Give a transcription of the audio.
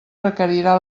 requerirà